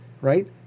right